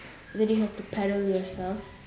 then you have to paddle yourself